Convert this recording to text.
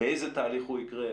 באיזה תהליך הוא יקרה,